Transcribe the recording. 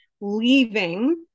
leaving